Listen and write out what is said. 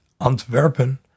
Antwerpen